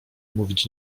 mówić